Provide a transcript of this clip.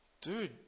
dude